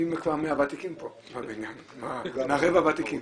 ואני כבר מהוותיקים פה בבניין, מהחבר'ה הוותיקים.